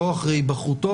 לא אחרי היבחרותו.